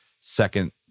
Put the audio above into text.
second